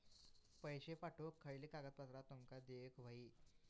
पैशे पाठवुक खयली कागदपत्रा तुमका देऊक व्हयी?